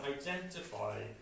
identify